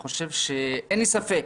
אין לי ספק